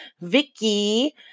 Vicky